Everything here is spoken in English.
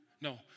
No